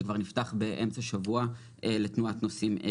שכבר נפתח באמצע השבוע לתנועת נוסעים.